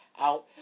out